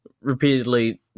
repeatedly